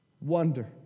Wonder